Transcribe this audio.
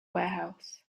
warehouse